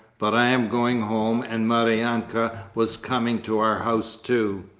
but i am going home and maryanka was coming to our house too.